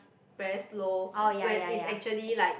very slow when it's actually like